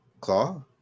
Claw